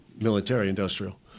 military-industrial